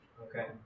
Okay